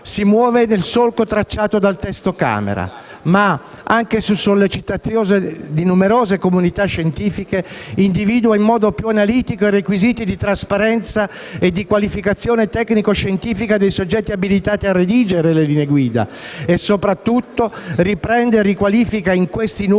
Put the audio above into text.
si muove nel solco tracciato dal testo della Camera dei deputati, ma, anche su sollecitazione di numerose comunità scientifiche, individua in modo più analitico i requisiti di trasparenza e di qualificazione tecnico-scientifica dei soggetti abilitati a redigere le linee guida e, soprattutto, riprende e riqualifica in questi nuovi